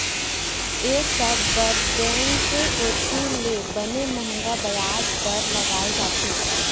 ये सब बर बेंक कोती ले बने मंहगा बियाज दर लगाय जाथे